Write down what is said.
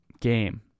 game